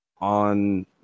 on